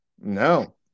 No